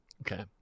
Okay